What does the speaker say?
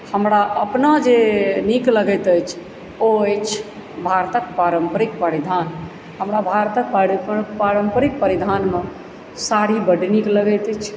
आओर अपना जे नीक लगैत अछि ओ अछि भारतके पारम्परिक परिधान हमरा भारतके पारम्परिक परिधानमे साड़ी बड्ड नीक लगैत अछि